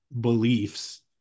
beliefs